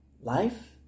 life